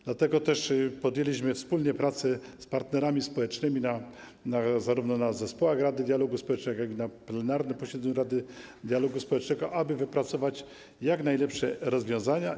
Dlatego też podjęliśmy pracę wspólnie z partnerami społecznymi zarówno w zespołach Rady Dialogu Społecznego, jak i na plenarnym posiedzeniu Rady Dialogu Społecznego, aby wypracować jak najlepsze rozwiązania.